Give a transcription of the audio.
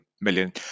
million